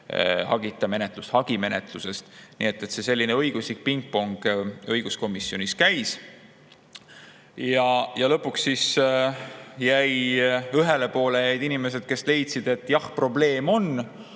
hagita menetlust hagimenetlusest. Selline õiguslik pingpong õiguskomisjonis käis. Lõpuks jäid ühele poole inimesed, kes leidsid, et jah, probleem on,